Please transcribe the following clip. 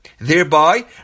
thereby